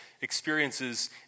experiences